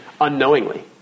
unknowingly